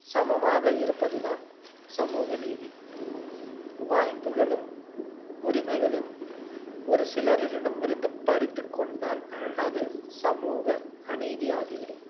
சமமாக இருப்பது தான் சமூக நீதி வாய்ப்புகளும் உரிமைகளும் ஒரு சிலரிடம் இருந்து பறித்துக்கொண்டால் அது சமூக அநீதி ஆகிவிடும்